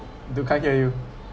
dude can't hear you